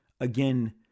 again